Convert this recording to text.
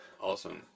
Awesome